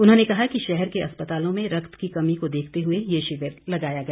उन्होंने कहा कि शहर के अस्पतालों में रक्त की कमी को देखते हुए ये शिविर लगाया गया